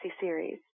series